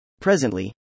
Presently